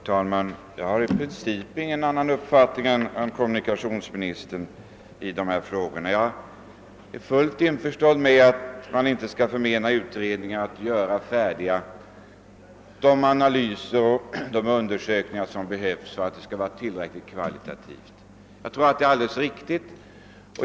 Herr talman! Jag har i princip ingen annan uppfattning än kommunikationsministern i dessa frågor. Jag är fullt införstådd med att man inte skall förmena utredningar att fullborda de analyser och undersökningar som behövs och att dessa måste vara kvalitativt tillräckliga. Detta är alldeles riktigt.